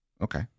Okay